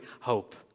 hope